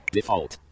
Default